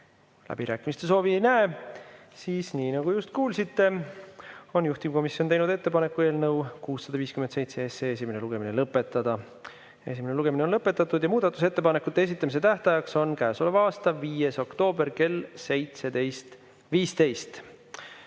läbirääkimiste soovi ei näe. Siis nii, nagu just kuulsite, on juhtivkomisjon teinud ettepaneku eelnõu 657 esimene lugemine lõpetada. Esimene lugemine on lõpetatud ja muudatusettepanekute esitamise tähtaeg on käesoleva aasta 5. oktoober kell 17.15.